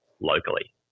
locally